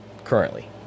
currently